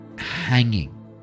hanging